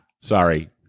sorry